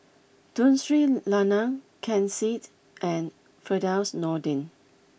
Tun Sri Lanang Ken Seet and Firdaus Nordin